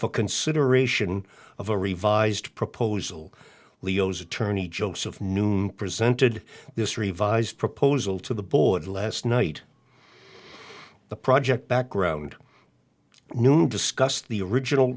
for consideration of a revised proposal leo's attorney joseph noon presented this revised proposal to the board last night the project background noone discussed the original